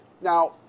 Now